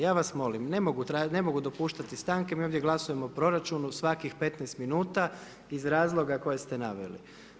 Ja vas molim, ne mogu dopuštati stanke, mi ovdje glasujemo o proračunu, svakih 15 minuta iz razloga koje ste naveli.